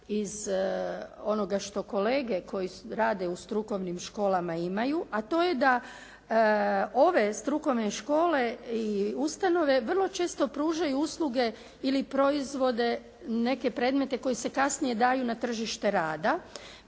iz onoga što kolege koji rade u strukovnim školama imaju, a to je da ove strukovne škole i ustanove vrlo često pružaju usluge ili proizvode neke predmete koji se kasnije daju na tržište rada